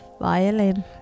violin